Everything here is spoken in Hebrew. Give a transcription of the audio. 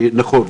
נכון,